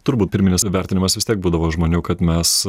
turbūt pirminis įvertinimas vis tiek būdavo žmonių kad mes